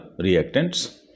reactants